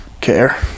care